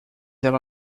ela